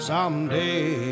Someday